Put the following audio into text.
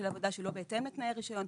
של עבודה שלא בהתאם לתנאי רישיון,